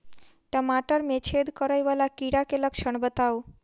टमाटर मे छेद करै वला कीड़ा केँ लक्षण बताउ?